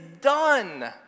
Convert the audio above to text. done